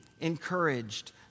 encouraged